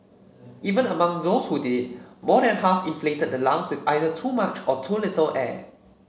even among those who did more than half inflated the lungs with either too much or too little air